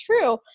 true